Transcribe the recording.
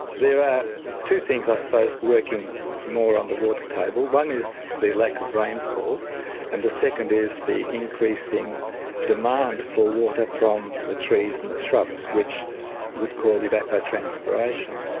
there are two things i suppose working more on the water table one is the lack of rainfall and the second is the increase in demand for water from the trees and the shrubs, which we call evapotranspiration.